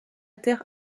terre